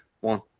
One